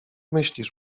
myślisz